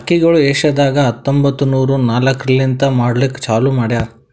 ಅಕ್ಕಿಗೊಳ್ ಏಷ್ಯಾದಾಗ್ ಹತ್ತೊಂಬತ್ತು ನೂರಾ ನಾಕರ್ಲಿಂತ್ ಮಾಡ್ಲುಕ್ ಚಾಲೂ ಮಾಡ್ಯಾರ್